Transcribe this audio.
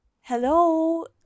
hello